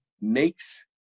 makes